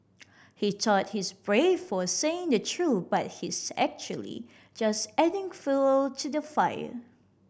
he thought he's brave for saying the truth but he's actually just adding fuel to the fire